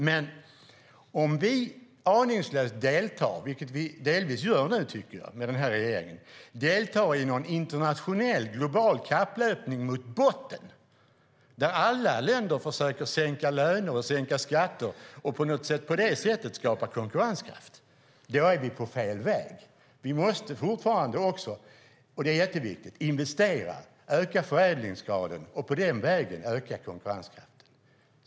Men om vi aningslöst deltar - och det tycker jag att vi delvis gör nu med den här regeringen - i någon internationell och global kapplöpning mot botten, där alla länder försöker sänka löner och skatter och på det sättet skapa konkurrenskraft, är vi på fel väg. Vi måste fortfarande också - och det är jätteviktigt - investera och öka förädlingsgraden för att på den vägen öka konkurrenskraften.